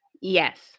Yes